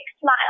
Smile